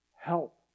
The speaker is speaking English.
help